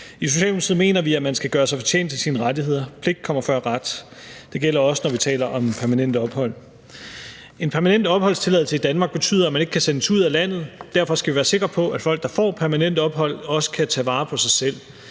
I Socialdemokratiet mener vi, at man skal gøre sig fortjent til sine rettigheder. Pligt kommer før ret. Det gælder også, når vi taler om permanent ophold. En permanent opholdstilladelse i Danmark betyder, at man ikke kan sendes ud af landet. Derfor skal vi være sikre på, at folk, der får permanent ophold, også kan tage vare på sig selv.